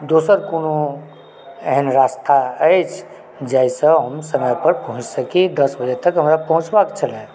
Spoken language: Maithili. दोसर कोनो एहन रास्ता अछि जाहिसँ हम समयपर पहुँचि सकि दस बजे तक हमरा पहुँचबाक छलै